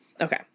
okay